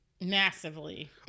massively